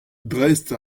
dreist